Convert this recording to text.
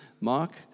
Mark